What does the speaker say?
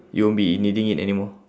you won't be needing it anymore